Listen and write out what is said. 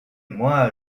moi